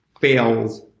fails